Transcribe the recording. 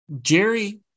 Jerry